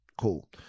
cool